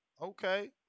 Okay